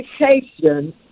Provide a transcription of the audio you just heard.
education